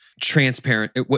Transparent